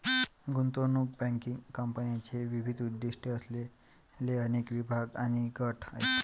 गुंतवणूक बँकिंग कंपन्यांचे विविध उद्दीष्टे असलेले अनेक विभाग आणि गट आहेत